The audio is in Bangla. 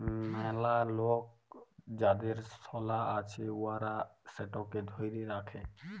ম্যালা লক যাদের সলা আছে উয়ারা সেটকে ধ্যইরে রাখে